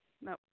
no